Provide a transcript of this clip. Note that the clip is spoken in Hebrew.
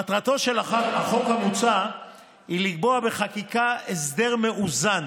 מטרתו של החוק המוצע היא לקבוע בחקיקה הסדר מאוזן